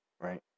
right